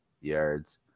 yards